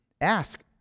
ask